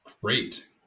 great